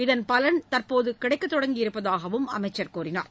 இதன் பலன் தற்போது கிடைக்கத் தொடங்கி இருப்பதாகவும் அமைச்சர் கூறினார்